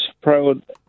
proud